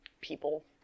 people